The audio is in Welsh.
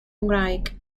ngwraig